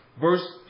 Verse